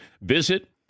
Visit